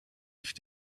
ich